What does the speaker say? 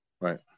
Right